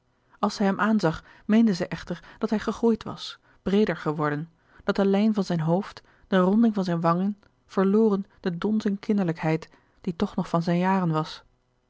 als zij hem aanzag meende zij echter dat hij gegroeid was breeder geworden dat de lijn van zijn hoofd de ronding van zijn wangen verloren de donzen kinderlijkheid die toch nog van zijn jaren was